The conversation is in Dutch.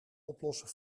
oplossen